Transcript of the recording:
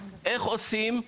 איך עושים,